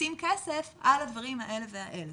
לשים כסף על הדברים האלה והאלה,